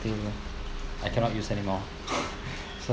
I cannot use anymore so